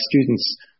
students